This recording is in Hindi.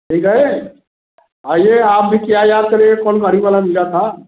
ठीक है आइए आप भी क्या याद करेंगे कौन गाड़ी वाला मिला था